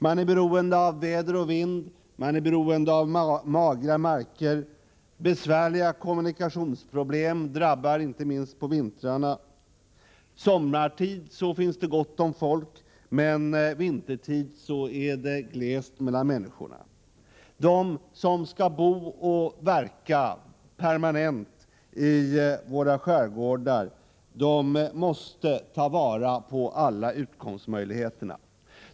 Man är beroende av väder och vind, man är beroende av magra marker, besvärliga kommunikationsproblem, inte minst på vintrarna. Sommartid finns det gott om folk, men vintertid är det glest mellan människorna. De som skall bo och verka permanent i våra skärgårdar måste ta vara på alla utkomstmöjligheter.